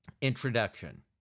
introduction